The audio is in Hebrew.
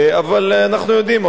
אבל אנחנו יודעים,